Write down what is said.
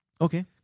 Okay